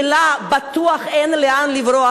שלה בטוח אין לאן לברוח.